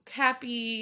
happy